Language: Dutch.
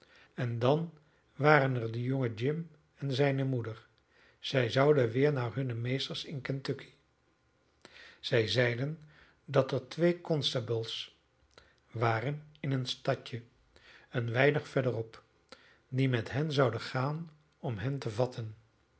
en dan waren er de jongen jim en zijne moeder zij zouden weder naar hunne meesters in kentucky zij zeiden dat er twee constabels waren in een stadje een weinig verder op die met hen zouden gaan om hen te vatten